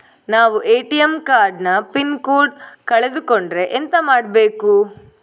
ನಾವು ATM card ನ pin code ಕಳೆದು ಕೊಂಡ್ರೆ ಎಂತ ಮಾಡ್ಬೇಕು?